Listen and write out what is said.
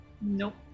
nope